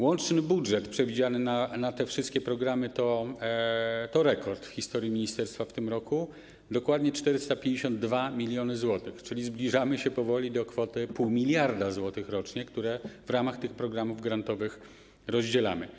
Łączny budżet przewidziany na te wszystkie programy to rekord w historii ministerstwa w tym roku, dokładnie 452 mln zł, czyli zbliżamy się powoli do kwoty 0,5 mld zł rocznie, które w ramach tych programów grantowych rozdzielamy.